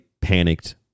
panicked